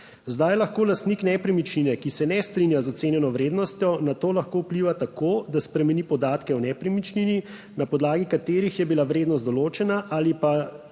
Zdaj lahko lastnik nepremičnine, ki se ne strinja z ocenjeno vrednostjo, na to lahko vpliva tako, da spremeni podatke o nepremičnini, na podlagi katerih je bila vrednost določena, ali pa